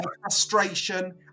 frustration